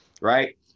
right